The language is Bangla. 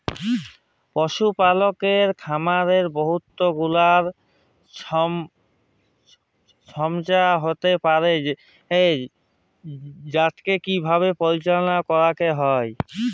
পশুপালকের খামারে বহুত গুলাল ছমচ্যা হ্যইতে পারে যেটকে ঠিকভাবে পরিচাললা ক্যইরতে হ্যয়